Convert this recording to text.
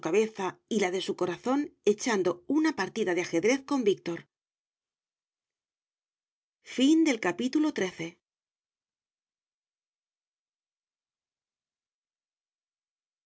y la de su corazón echando una partida de ajedrez con